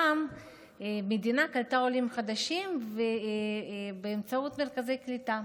פעם המדינה קלטה עולים חדשים באמצעות מרכזי קליטה.